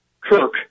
Kirk